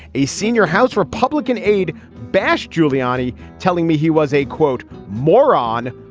a senior house republican aide bashed giuliani telling me he was a quote moron.